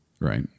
Right